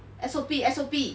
S_O_P S_O_P